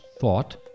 thought